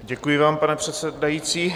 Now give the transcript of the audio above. Děkuji vám, pane předsedající.